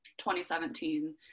2017